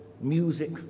music